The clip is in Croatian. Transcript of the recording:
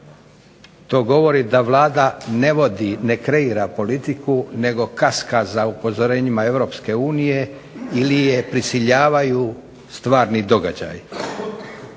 To govori da Vlada ne vodi, ne kreira politiku neko kaska za upozorenjima EU ili je prisiljavaju stvarni događaji.